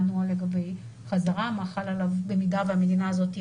הנוהל לגבי חזרה ומה חל עליו במידה והמדינה הזאת היא